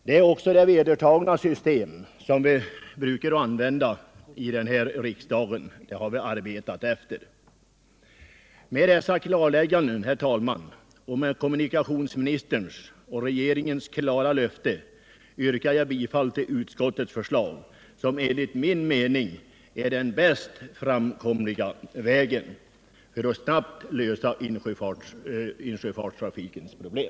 Det är också det vedertagna förfarandet här i riksdagen. Med dessa klarlägganden, herr talman, och med stöd av kommunikationsministerns och regeringens klara löfte yrkar jag bifall till utskottets förslag, som enligt min mening innebär den bäst framkomliga vägen för att snabbt lösa insjöfartens problem.